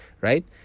right